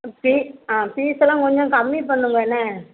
ஆ ஃபீஸெல்லாம் கொஞ்சம் கம்மி பண்ணுங்கள் என்ன